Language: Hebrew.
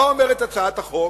מה אומרת הצעת החוק?